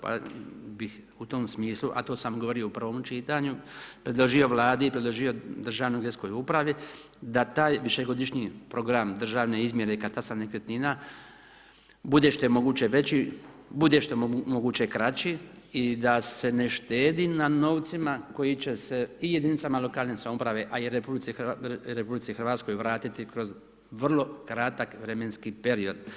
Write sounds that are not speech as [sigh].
Pa bih u tom smislu a to sam govorio i u prvom čitanju, predložio vladi, predložio … [unintelligible] upravi da taj višegodišnji program državne izmjere i katastar nekretnina bude što je moguće veći, bude što je moguće kraći i da se ne štedi na novcima koji će se i jedinice lokalne samouprave, a i RH vratiti kroz vrlo kratak vremenski period.